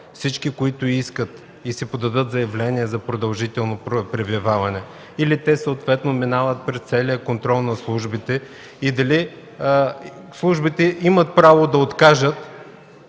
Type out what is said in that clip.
всички, които искат и си подадат заявления за продължително пребиваване или те съответно минават през целия контрол на службите? Дали службите имат право да откажат